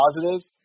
positives